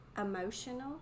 emotional